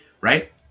right